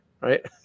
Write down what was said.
right